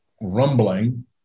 rumbling